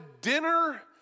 dinner